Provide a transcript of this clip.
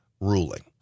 ruling